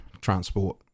transport